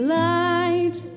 light